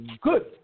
good